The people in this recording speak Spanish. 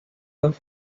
dos